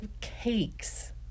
cakes